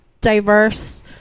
diverse